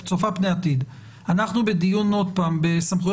התשפ"ב-2021 אנחנו עוברים לתקנות סמכויות